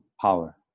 power